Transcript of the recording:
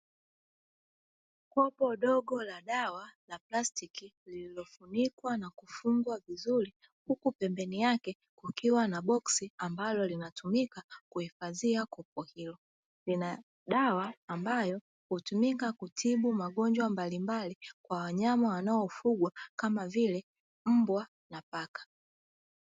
Kopo dogo la dawa la plastiki lililofunikwa na kufungwa vizuri huku pembeni yake kukiwa na boksi ambalo linatumika kuhifadhia kopo hilo. Lina dawa ambayo hutumika kutibu magonjwa mbalimbali kwa wanyama wanao fungwa kama vile mbwa na paka.